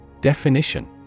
Definition